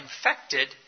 infected